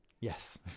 Yes